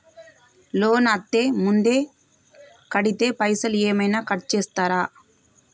Loan అత్తే ముందే కడితే పైసలు ఏమైనా కట్ చేస్తరా?